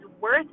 worth